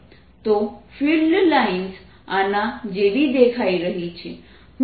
તો field lines આના જેવી દેખાઈ રહી છે